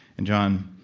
and john,